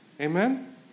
Amen